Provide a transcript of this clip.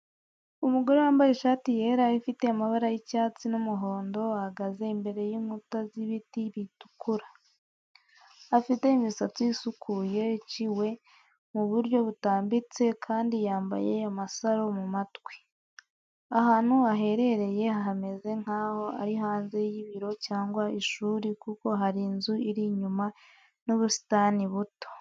Umugore wambaye ishati yera ifite amabara y’icyatsi n’umuhondo, ahagaze imbere y’inkuta z’ibiti bitukura. Afite imisatsi isukuye, icirewe mu buryo butambitse, kandi yambaye amasaro mu matwi. Ahantu aherereye hameze nk'aho ari hanze y'ibiro cyangwa ishuri, kuko hari inzu iri inyuma n'ubusitani buto.